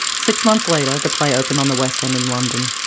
six months later, the play opened on the west end in london.